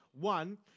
One